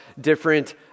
different